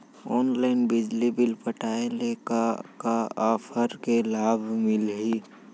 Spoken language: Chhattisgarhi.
ऑनलाइन बिजली बिल पटाय ले का का ऑफ़र के लाभ मिलही?